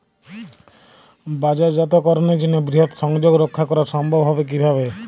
বাজারজাতকরণের জন্য বৃহৎ সংযোগ রক্ষা করা সম্ভব হবে কিভাবে?